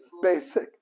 basic